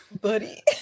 Buddy